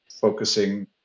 focusing